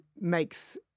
makes